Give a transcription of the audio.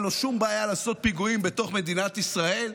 אין לו שום בעיה לעשות פיגועים בתוך מדינת ישראל.